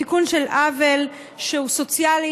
תיקון של עוול שהוא סוציאלי,